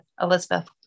Elizabeth